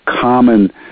common